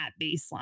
baseline